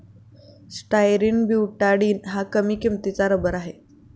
styrene butadiene हा कमी किंमतीचा रबर आहे